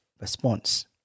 response